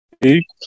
Hey